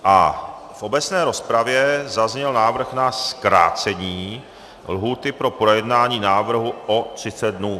V obecné rozpravě zazněl návrh na zkrácení lhůty pro projednání návrhu o 30 dnů.